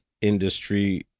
industry